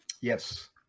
Yes